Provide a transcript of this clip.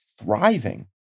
thriving